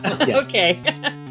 Okay